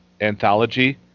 anthology